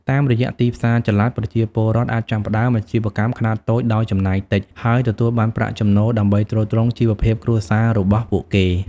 តាមរយៈទីផ្សារចល័ត ប្រជាពលរដ្ឋអាចចាប់ផ្តើមអាជីវកម្មខ្នាតតូចដោយចំណាយតិច ហើយទទួលបានប្រាក់ចំណូលដើម្បីទ្រទ្រង់ជីវភាពគ្រួសាររបស់ពួកគេ។